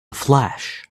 flash